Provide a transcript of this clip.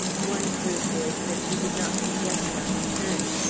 one proof is, that she did not suggest our return.